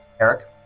Eric